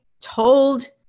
told